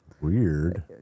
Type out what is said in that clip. Weird